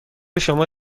شما